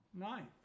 Ninth